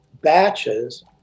batches